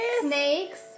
Snakes